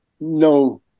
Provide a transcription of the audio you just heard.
no